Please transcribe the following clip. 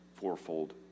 fourfold